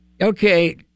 okay